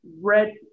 red